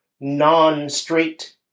non-straight